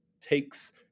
takes